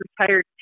retired